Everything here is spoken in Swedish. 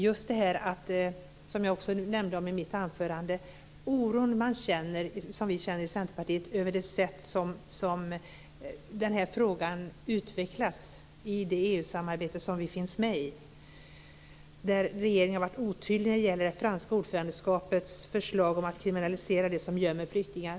Jag nämnde just i mitt anförande den oro som vi känner i Centerpartiet över det sätt på vilket den här frågan utvecklas i det EU-samarbete som vi finns med i, där regeringen har varit otydlig när det gäller ordförandelandet Frankrikes förslag om att kriminalisera dem som gömmer flyktingar.